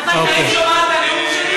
אם שמעת את הנאום שלי,